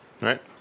Right